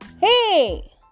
Hey